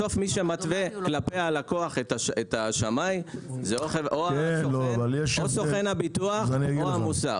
בסוף מי שמתווה כלפי הלקוח את השמאי זה או סוכן הביטוח או המוסך.